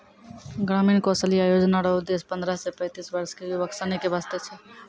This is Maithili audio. ग्रामीण कौशल्या योजना रो उद्देश्य पन्द्रह से पैंतीस वर्ष के युवक सनी के वास्ते छै